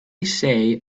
say